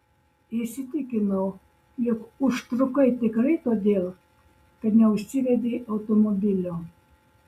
įsitikinau jog užtrukai tikrai todėl kad neužsivedei automobilio